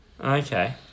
Okay